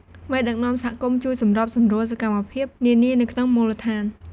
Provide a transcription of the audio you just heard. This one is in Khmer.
មេដឹកនាំសហគមន៍ជួយសម្របសម្រួលសកម្មភាព នានានៅក្នុងមូលដ្ឋាន។